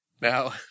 Now